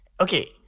Okay